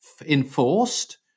enforced